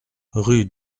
rue